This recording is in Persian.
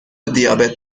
دیابت